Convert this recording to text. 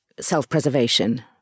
self-preservation